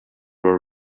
were